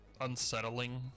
unsettling